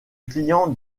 client